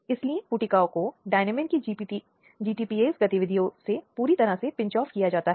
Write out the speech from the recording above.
इसलिए सभी को कानूनी प्रतिनिधित्व का अधिकार है